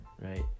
right